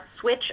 switch